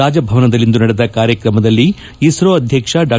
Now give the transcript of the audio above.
ರಾಜಭವನದಲ್ಲಿಂದು ನಡೆದು ಕಾರ್ಯಕ್ರಮದಲ್ಲಿ ಇಸ್ತೋ ಅಧ್ಲಕ್ಷ ಡಾ